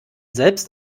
selbst